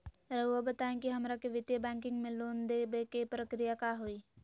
रहुआ बताएं कि हमरा के वित्तीय बैंकिंग में लोन दे बे के प्रक्रिया का होई?